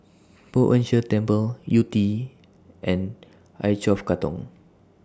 Poh Ern Shih Temple Yew Tee and I twelve Katong